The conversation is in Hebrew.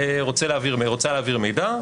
רוצה להעביר מידע,